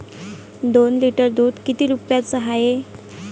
दोन लिटर दुध किती रुप्याचं हाये?